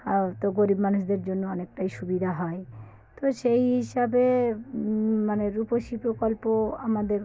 আর তো গরিব মানুষদের জন্য অনেকটাই সুবিধা হয় তো সেই হিসাবে মানে রূপশ্রী প্রকল্প আমাদের